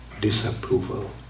disapproval